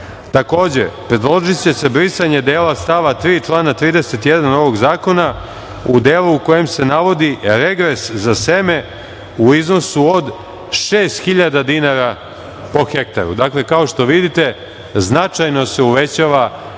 Takođe, predložiće se brisanje dela stava 3. člana 31. ovog zakona u delu u kojem se navodi „regres za seme u iznosu od 6.000 dinara po hektaru“. Dakle, kao što vidite, značajno se uvećava iznos